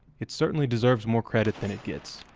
it certainly deserves more credit than it gets.